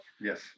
yes